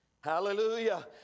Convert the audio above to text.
hallelujah